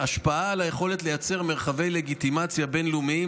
עם השפעה על היכולת לייצר מרחבי לגיטימציה בין-לאומיים